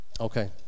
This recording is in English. Okay